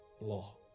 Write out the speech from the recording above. law